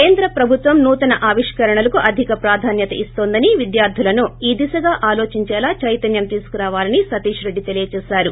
కేంద్ర ప్రభుత్వం నూతన ఆవిష్కరణలకు అధిక ప్రాధాన్యత ఇస్తోందని విద్యార్గులను ఈ దిశగా ఆలోచించేలా చైతన్యం తీసుకురావాలని సతీష్ రెడ్డి తెలిపారు